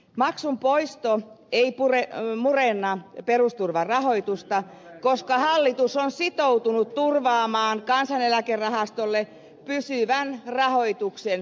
maksun poisto ei murenna perusturvan rahoitusta koska hallitus on sitoutunut turvaamaan kansaneläkerahastolle pysyvän rahoituksen muulla tavoin